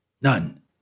None